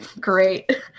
great